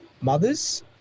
mothers